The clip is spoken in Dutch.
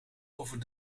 over